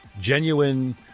genuine